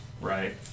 Right